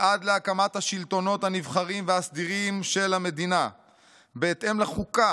ועד להקמת השלטונות הנבחרים והסדירים של המדינה בהתאם לחוקה